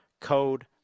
code